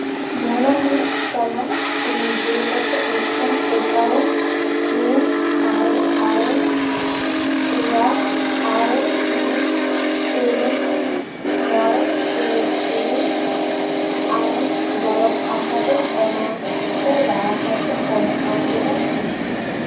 ᱢᱚᱱᱮ ᱦᱩᱭᱩᱜ ᱠᱟᱱᱟ ᱤᱧ ᱵᱷᱩᱞ ᱠᱟᱛᱮᱫ ᱢᱤᱫᱴᱟᱝ ᱮᱠᱟᱩᱱᱴ ᱢᱤᱫ ᱟᱨᱮ ᱟᱨᱮ ᱮᱭᱟᱭ ᱟᱨᱮ ᱢᱤᱫ ᱤᱨᱟᱹᱞ ᱢᱚᱬᱮ ᱤᱨᱟᱹᱞ ᱤᱨᱟᱹᱞ ᱟᱨᱮ ᱵᱞᱚᱠ ᱟᱠᱟᱫᱟᱹᱧ ᱚᱱᱟᱛᱮ ᱫᱟᱭᱟ ᱠᱟᱛᱮᱫ ᱚᱱᱟ ᱟᱱ ᱵᱞᱚᱠ ᱢᱮ